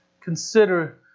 Consider